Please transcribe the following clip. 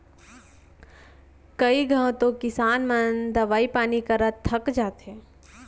कई घंव तो किसान मन दवई पानी करत थक जाथें